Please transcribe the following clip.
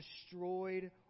destroyed